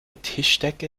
tischdecke